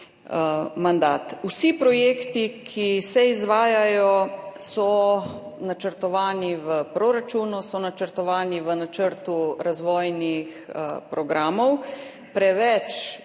Vsi projekti, ki se izvajajo, so načrtovani v proračunu, so načrtovani v načrtu razvojnih programov. Preveč